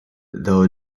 though